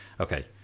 Okay